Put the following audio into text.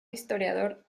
historiador